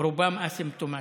ורובם אסימפטומטיים.